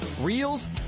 reels